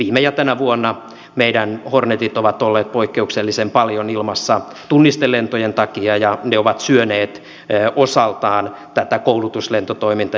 viime ja tänä vuonna meidän hornetit ovat olleet poikkeuksellisen paljon ilmassa tunnistelentojen takia ja ne ovat syöneet osaltaan tätä koulutuslentotoimintaa